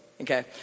okay